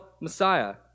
Messiah